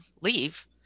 leave